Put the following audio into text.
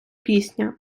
пісня